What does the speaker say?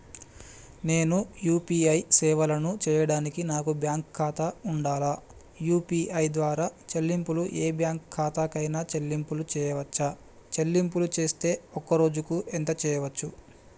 నేను యూ.పీ.ఐ సేవలను చేయడానికి నాకు బ్యాంక్ ఖాతా ఉండాలా? యూ.పీ.ఐ ద్వారా చెల్లింపులు ఏ బ్యాంక్ ఖాతా కైనా చెల్లింపులు చేయవచ్చా? చెల్లింపులు చేస్తే ఒక్క రోజుకు ఎంత చేయవచ్చు?